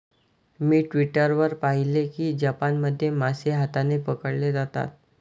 मी Twitter वर पाहिले की जपानमध्ये मासे हाताने पकडले जातात